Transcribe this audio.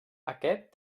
aquest